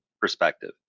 perspective